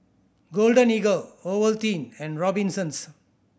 Golden Eagle Ovaltine and Robinsons